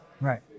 Right